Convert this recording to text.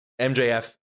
MJF